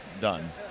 done